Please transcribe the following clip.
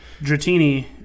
Dratini